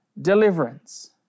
deliverance